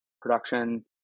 production